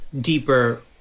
deeper